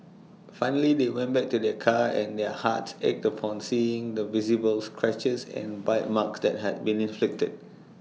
finally they went back to their car and their hearts ached upon seeing the visible scratches and bite marks that had been inflicted